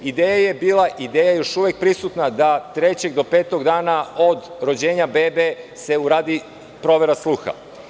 Ideja je bila i ideja je još uvek prisutna da od trećeg do petog dana rođenja bebe se uradi provera sluha.